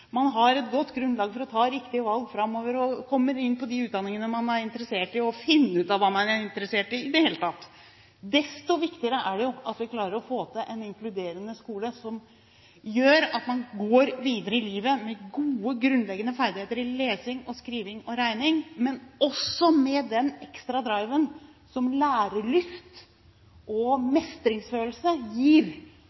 man har et godt grunnlag for å ta riktige valg framover og komme inn på de utdanningene man er interessert i, og finne ut av hva man er interessert i. Desto viktigere er det at vi klarer å få til en inkluderende skole som gjør at man går videre i livet med gode, grunnleggende ferdigheter i lesing, skriving og regning, men også med den ekstra driven som lærelyst og